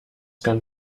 ganz